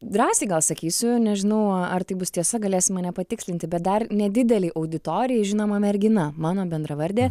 drąsiai gal sakysiu nežinau ar tai bus tiesa galėsi mane patikslinti bet dar nedidelei auditorijai žinoma mergina mano bendravardė